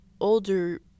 older